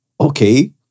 okay